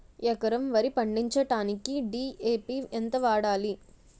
ఎకరం వరి పండించటానికి డి.ఎ.పి ఎంత వాడాలి?